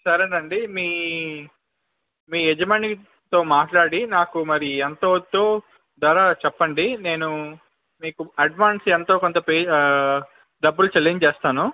సరేనండి మీ మీ యజమానితో మాట్లాడి నాకు మరి ఎంత అవుతుందో ధర చెప్పండి నేను మీకు అడ్వాన్స్ ఎంతో కొంత పే డబ్బులు చెల్లించేస్తాను